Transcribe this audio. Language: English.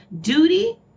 duty